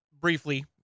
Briefly